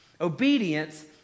Obedience